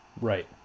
Right